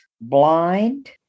blind